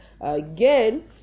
again